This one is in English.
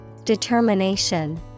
Determination